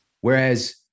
Whereas